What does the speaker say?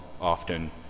often